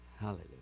hallelujah